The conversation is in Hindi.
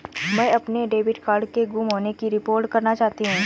मैं अपने डेबिट कार्ड के गुम होने की रिपोर्ट करना चाहती हूँ